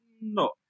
No